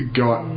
got